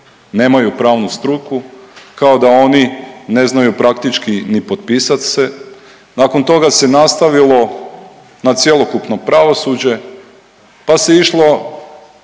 nemaju pravnu struku, kao da oni ne znaju praktički ni potpisat se, nakon toga se nastavilo na cjelokupno pravosuđe, pa se išlo